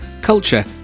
culture